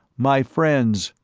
my friends,